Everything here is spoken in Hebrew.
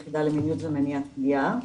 אני מנהלת היחידה למיניות ומניעת פגיעה.